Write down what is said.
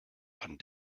and